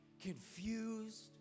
confused